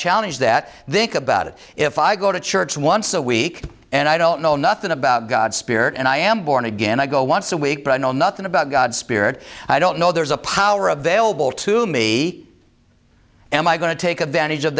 challenge that they come about it if i go to church once a week and i don't know nothing about god's spirit and i am born again i go once a week but i know nothing about god's spirit i don't know there's a power available to me am i going to take advantage of